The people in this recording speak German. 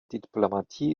diplomatie